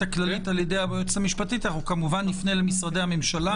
נפנה למשרדי הממשלה,